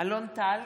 אלון טל,